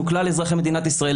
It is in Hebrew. כלל אזרחי מדינת ישראל,